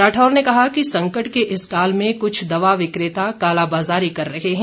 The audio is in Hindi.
राठौर ने कहा कि संकट के इस काल में कुछ दवा विक्रेता कालाबाज़ारी कर रहे हैं